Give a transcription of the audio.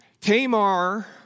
Tamar